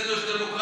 אצלנו יש דמוקרטיה.